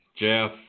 Jeff